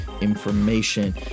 information